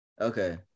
Okay